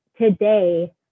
today